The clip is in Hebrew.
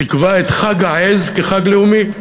תקבע את חג העז כחג לאומי.